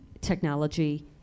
technology